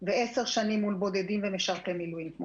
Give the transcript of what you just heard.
ו-10 שנים מול בודדים ומשרתי מילואים.